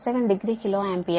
87 degree kilo ampere